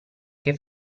che